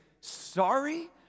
sorry